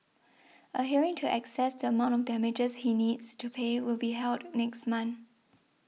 a hearing to access the amount of damages he needs to pay will be held next month